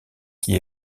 qui